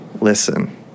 Listen